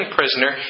prisoner